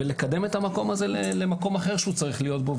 ולקדם את המקום הזה למקום אחר שהוא צריך להיות בו,